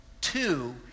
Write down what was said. Two